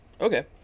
Okay